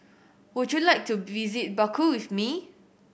would you like to visit Baku with me